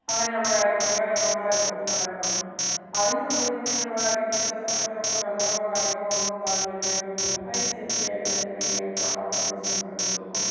അങ്ങനെയുള്ള കാര്യങ്ങളൊക്കെ നമ്മുടെ അനുഭവത്തിൽ ഉണ്ടായിട്ടുണ്ട് അതിന് നമ്മൾ ഇത് ഇങ്ങനെയുള്ള കാര്യങ്ങൾ ചില സ്ഥലങ്ങളില് നമുക്ക് വെള്ളങ്ങളോ കാര്യങ്ങളോ ഒന്നും ഉണ്ടാകില്ല ഒരു പേപ്പറ് പോലും അതിന് സേഫ്റ്റി ആയിട്ട് അതിന് വേണ്ടിയുള്ള കോട്ടണ് വെയ്സ്റ്റ് നമ്മൾ എടുത്തു വെക്കും